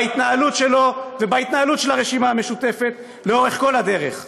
בהתנהלות שלו ובהתנהלות של הרשימה המשותפת לאורך כל הדרך.